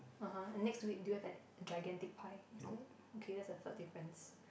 (uh huh) and next to it do you have an gigantic pie next to it okay that's the third difference